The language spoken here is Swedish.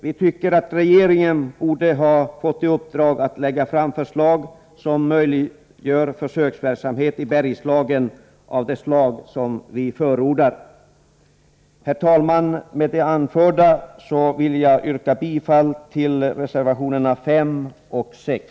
Vi tycker att regeringen borde ha fått i uppdrag att lägga fram förslag som möjliggör försöksverksamhet i Bergslagen av det slag som vi förordar. Herr talman! Med det anförda yrkar jag bifall till reservationerna 5 och 6.